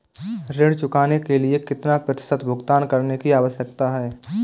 ऋण चुकाने के लिए कितना प्रतिशत भुगतान करने की आवश्यकता है?